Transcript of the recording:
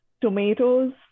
tomatoes